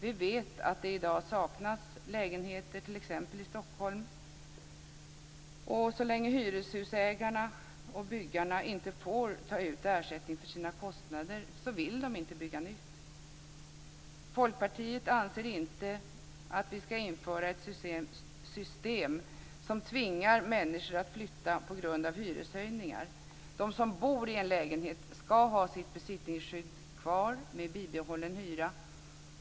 Vi vet att det i dag saknas lägenheter t.ex. i Stockholm, och så länge hyreshusägarna och byggarna inte får ta ut ersättning för sina kostnader vill de inte bygga nytt. Folkpartiet anser inte att vi ska införa ett system som tvingar människor att flytta på grund av hyreshöjningar. De som bor i en lägenhet ska ha sitt besittningsskydd kvar med bibehållen hyra.